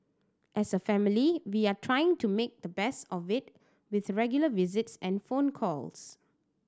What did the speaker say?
as a family we are trying to make the best of it with regular visits and phone calls